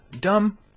dumb